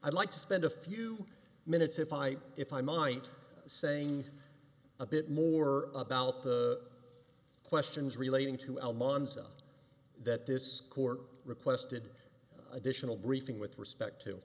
i'd like to spend a few minutes if i if i might saying a bit more about the questions relating to our monza that this court requested additional briefing with respect to